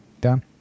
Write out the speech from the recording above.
Done